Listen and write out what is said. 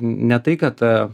ne tai kad